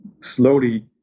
slowly